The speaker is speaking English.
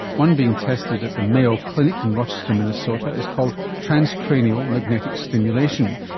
one being tested at the mayo clinic in rochester minnesota is called transcranial magnetic stimulation,